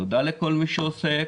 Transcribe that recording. תודה לכל מי שעוסק,